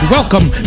Welcome